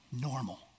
normal